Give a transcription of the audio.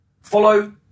follow